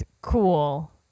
cool